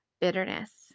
bitterness